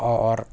اور